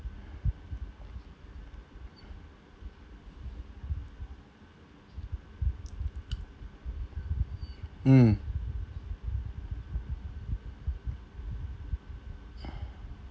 mm